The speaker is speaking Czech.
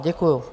Děkuju.